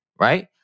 Right